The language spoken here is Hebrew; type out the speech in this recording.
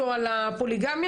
אמיר אוחנה.